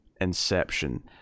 Inception